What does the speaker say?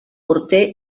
morter